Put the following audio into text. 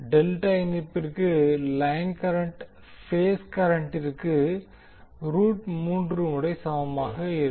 delta இணைப்பிற்கு line current phase கரண்ட்டிற்கு root 3 மடங்கு சமமாக இருக்கும்